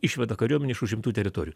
išveda kariuomenę iš užimtų teritorijų